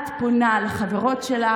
את פונה לחברות שלך,